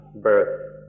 birth